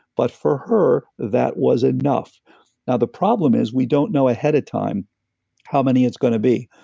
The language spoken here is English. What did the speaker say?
but, for her, that was enough and the problem is, we don't know ahead of time how many it's gonna be,